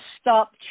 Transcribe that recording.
Stop